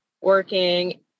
working